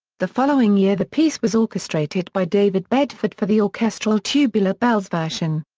the following year the piece was orchestrated by david bedford for the orchestral tubular bells version.